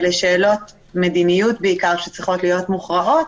אלה שאלות מדיניות בעיקר שצריכות להיות מוכרעות.